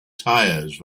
tyres